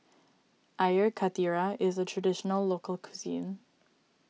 Air Karthira is a Traditional Local Cuisine